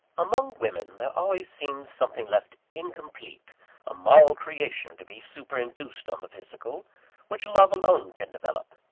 among women, there always seems something left incomplete a moral creation to be superinduced on the physical which love alone can develop,